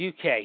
UK